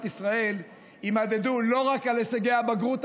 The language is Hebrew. ישראל יימדדו לא רק על פי הישגי הבגרות,